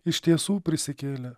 iš tiesų prisikėlė